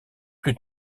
plus